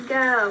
go